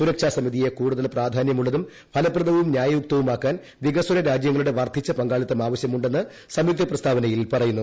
സുരക്ഷാ സമിതിയെ കൂടുതൽ പ്രാതിനിധ്യമുള്ളതും ഫലപ്രദവും ന്യായയുക്തവുമാക്കാൻ വികസ്വര രാജ്യങ്ങളുടെ വർദ്ധിച്ച പങ്കാളിത്തം ആവശ്യമുണ്ടെന്ന് സംയുക്ത പ്രസ്താവനയിൽ പറയുന്നു